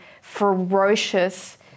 ferocious